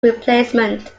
replacement